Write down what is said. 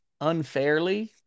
unfairly